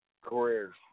careers